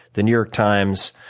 the new york times,